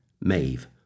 Maeve